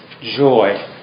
joy